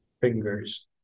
fingers